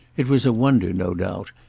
it was a wonder, no doubt,